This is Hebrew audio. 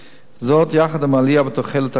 זאת יחד עם העלייה בתוחלת החיים,